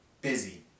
busy